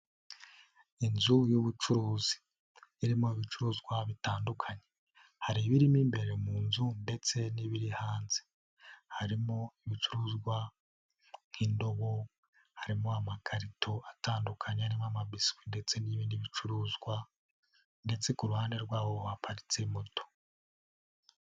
Inzu y'ubucuruzi irimo ibicuruzwa bitandukanye. Hari ibirimo imbere mu nzu ndetse n'ibiri hanze. Harimo ibicuruzwa nk'indobo, harimo amakarito atandukanye arimo amabiswi ndetse n'ibindi bicuruzwa ndetse ku ruhande rwabo haparitse moto.